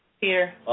Peter